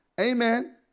Amen